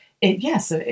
Yes